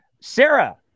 sarah